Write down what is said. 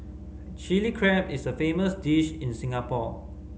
Chilli Crab is a famous dish in Singapore